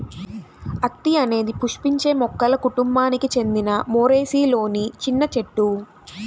అత్తి అనేది పుష్పించే మొక్కల కుటుంబానికి చెందిన మోరేసిలోని చిన్న చెట్టు